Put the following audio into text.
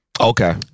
Okay